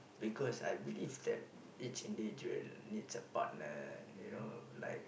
because I believe that each individual needs a partner you know like